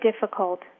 difficult